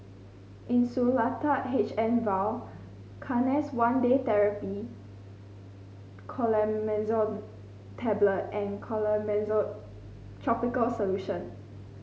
Insulatard H M Vial Canesten One Day Therapy Clotrimazole Tablet and Clotrimozole tropical solution